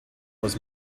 was